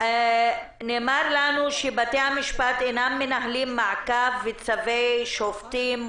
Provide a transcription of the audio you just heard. נאמר לנו שבתי המשפט אינם מנהלים מעקב לאחר צווי שופטים.